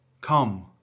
Come